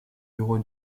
bureau